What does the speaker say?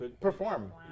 perform